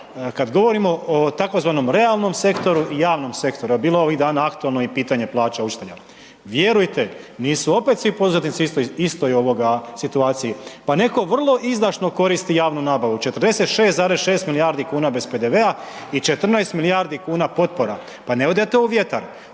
kada govorimo o tzv. realnom sektoru i javnom sektoru, a bilo je ovih dana aktualno i pitanje plaća učitelja. Vjerujte nisu opet svi poduzetnici u istoj situaciji. Pa netko vrlo izdašno koristi javnu nabavu, 46,6 milijardi kuna bez PDV-a i 14 milijardi kuna potpora. Pa ne ode to u vjetar.